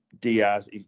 Diaz